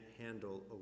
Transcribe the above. handle